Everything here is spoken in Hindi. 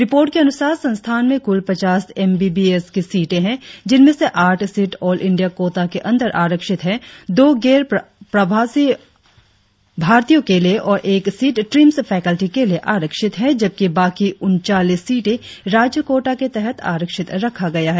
रिपोर्ट के अनुसार संस्थान में कुल पचास एम बी बी एस की सींटे है जिनमें से आठ सीट ऑल इंडिया कोटा के अंदर आरक्षित है दो गैर प्रवासी भारतीयों के लिए और एक सीट ट्रीम्स फैकल्टी के लिए आरक्षित है जबकि बाकी उनचालीस सीटे राज्य कोटा के तहत आरक्षित रखा गया है